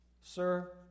Sir